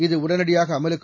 இது உடனடியாக அமலுக்கு